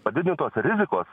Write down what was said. padidintos rizikos